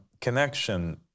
connection